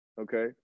Okay